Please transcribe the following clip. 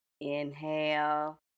inhale